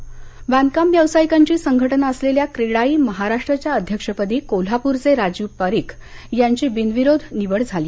क्रेडाई बांधकाम व्यावसायिकांची संघटना असलेल्या क्रेडाई महाराष्ट्रच्या अध्यक्षपदी कोल्हापूरचे राजीव परीख यांची बिनविरोध निवड करण्यात आली